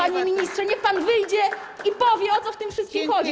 Panie ministrze, niech pan wyjdzie i powie, o co w tym wszystkim chodzi.